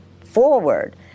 forward